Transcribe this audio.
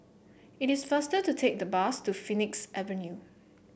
it is faster to take the bus to Phoenix Avenue